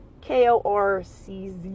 K-O-R-C-Z